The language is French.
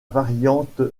variante